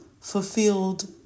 fulfilled